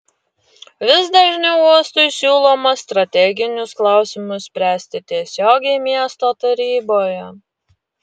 vis dažniau uostui siūloma strateginius klausimus spręsti tiesiogiai miesto taryboje